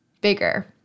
bigger